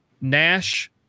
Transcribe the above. Nash